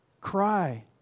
Cry